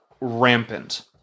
rampant